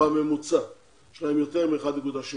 יש להם יותר מ-1.7%.